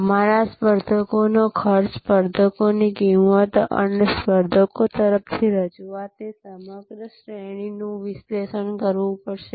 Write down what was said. અમારે સ્પર્ધકોના ખર્ચ સ્પર્ધકોની કિંમતો અને સ્પર્ધકો તરફથી રજૂઆતની સમગ્ર શ્રેણીનું પણ વિશ્લેષણ કરવું પડશે